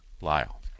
Lyle